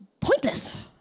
pointless